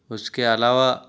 اس کے علاوہ